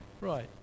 Right